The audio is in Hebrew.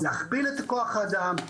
להכפיל את כוח האדם,